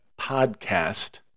podcast